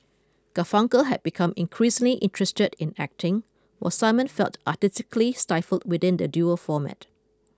Garfunkel had become increasingly interested in acting while Simon felt artistically stifled within the duo format